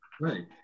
Right